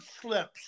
slips